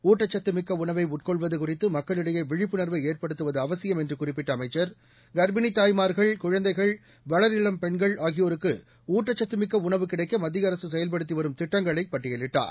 ஊட்டக்கத்துமிக்கஉணவைஉட்கொள்வதுகறித்துமக்களிடையேவிழிப்புணர்வைஏற்படுத்துவதுஅவசியம் என்றுகுறிப்பிட்டஅமைச்சர் கர்ப்பிணித் தாய்மார்கள் குழந்தைகள் வளரிளம் பெண்கள் ஆகியோருக்குஊட்டச்சத்துமிக்கஉணவு கிடைக்கமத்தியஅரசுசெயல்படுத்திவரும் திடடங்களைபட்டியலிட்டார்